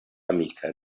amika